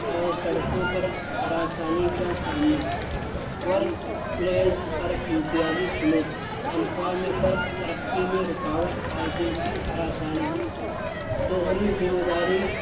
اور سڑکوں پر ہراسانی کا سامنا ورک پلیس پر امتیازی سلوک تنخواہ میں فرق ترقی میں رکاوٹ اور جنسی ہراسانی دوہری ذمہ داری